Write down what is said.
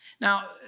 Now